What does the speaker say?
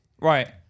Right